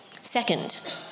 Second